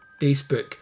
Facebook